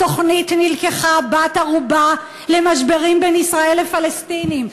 התוכנית נלקחה בת-ערובה למשברים בין ישראל לפלסטינים.